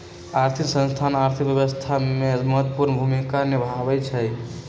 आर्थिक संस्थान अर्थव्यवस्था में महत्वपूर्ण भूमिका निमाहबइ छइ